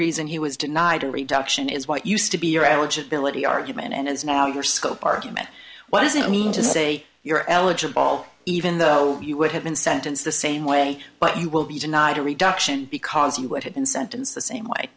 reason he was denied a reduction is what used to be your eligibility argument and it's now your scope argument what does it mean to say you're eligible even though you would have been sentenced the same way but you will be denied a reduction because you would have been sentenced the same way